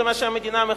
זה מה שהמדינה מחכה,